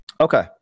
Okay